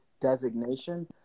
designation